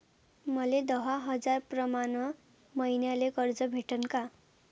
मले दहा हजार प्रमाण मईन्याले कर्ज भेटन का?